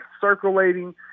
circulating